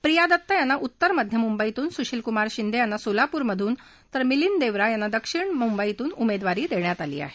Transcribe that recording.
प्रीया दत्त यांना उत्तर मध्य मुंबईमधून सुशील कुमार शिंदे यांना सोलापूरमधून तर मिलींद देवरा यांना दक्षिण मुंबईमधून उमेदवारी देण्यात आली आहे